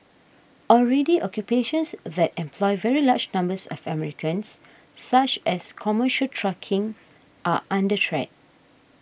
already occupations that employ very large numbers of Americans such as commercial trucking are under threat